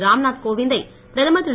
ராம்நாத் கோவிந் தை பிரதமர் திரு